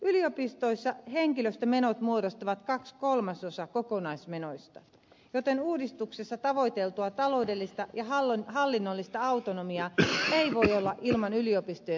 yliopistoissa henkilöstömenot muodostavat kaksi kolmasosaa kokonaismenoista joten uudistuksessa tavoiteltua taloudellista ja hallinnollista autonomiaa ei voi olla ilman yliopistojen omaa henkilöstöpolitiikkaa